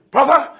Brother